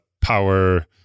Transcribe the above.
power